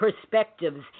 perspectives